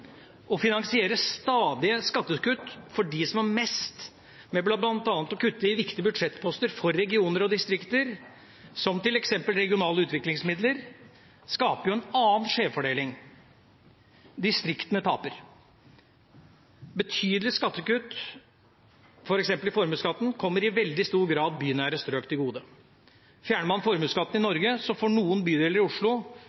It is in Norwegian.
finansiere stadige skattekutt for dem som har mest, med bl.a. å kutte i viktige budsjettposter for regioner og distrikter, som f.eks. regionale utviklingsmidler, skaper jo en annen skjevfordeling. Distriktene taper. Betydelige skattekutt, f.eks. i formuesskatten, kommer i veldig stor grad bynære strøk til gode. Fjerner man formuesskatten i Norge, får noen bydeler i Oslo